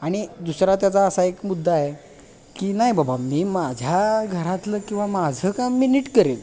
आणि दुसरा त्याचा असा एक मुद्दा आहे की नाही बबा मी माझ्या घरातलं किंवा माझं काम मी नीट करेल